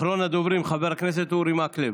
אחרון הדוברים, חבר הכנסת אורי מקלב.